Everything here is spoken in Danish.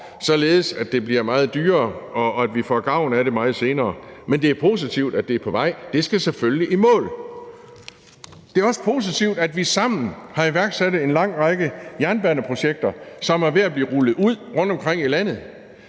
således at det bliver meget dyrere, og at vi får gavn af det meget senere. Men det er positivt, at det er på vej, og det skal selvfølgelig i mål. Det også positivt, at vi sammen har iværksat en lang række jernbaneprojekter, som er ved at blive rullet ud rundtomkring i landet,